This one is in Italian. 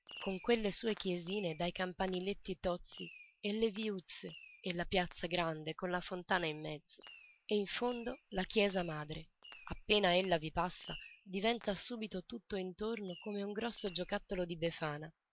con quelle sue chiesine dai campaniletti tozzi e le viuzze e la piazza grande con la fontana in mezzo e in fondo la chiesa madre appena ella vi passa diventa subito tutt'intorno come un grosso giocattolo di befana